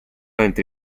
entra